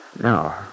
No